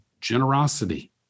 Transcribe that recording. generosity